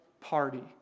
party